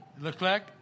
Leclerc